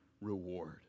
reward